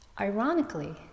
Ironically